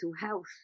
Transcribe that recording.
health